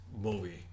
movie